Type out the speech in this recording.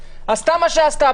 עשתה מה שעשתה,